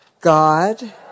God